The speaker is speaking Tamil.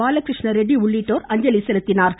பாலகிருஷ்ண ரெட்டி உள்ளிட்டோர் அஞ்சலி செலுத்தினார்கள்